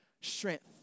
strength